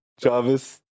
Jarvis